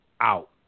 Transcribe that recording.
out